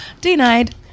Denied